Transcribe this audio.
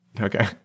Okay